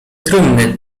trumny